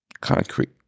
concrete